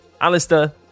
alistair